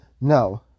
No